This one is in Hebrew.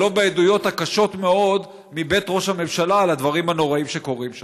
ולא בעדויות הקשות מאוד מבית ראש הממשלה על הדברים הנוראים שקורים שם.